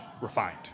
refined